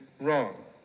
wrong